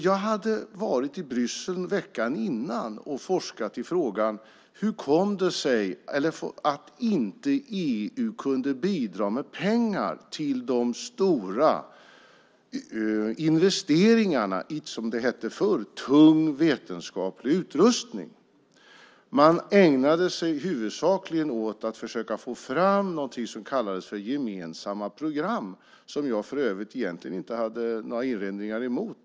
Jag hade varit i Bryssel veckan innan och forskat i frågan: Hur kom det sig att EU inte kunde bidra med pengar till de stora investeringarna i, som det hette förr, tung vetenskaplig utrustning? Man ägnade sig huvudsakligen åt att försöka få fram någonting som kallades för gemensamma program, som jag för övrigt egentligen inte hade några invändningar emot.